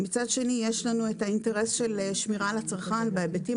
מצד שני יש לנו האינטרס של שמירה על הצרכן בהיבטים